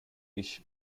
ich